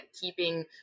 keeping